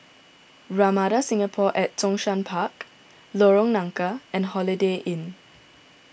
Ramada Singapore at Zhongshan Park Lorong Nangka and Holiday Inn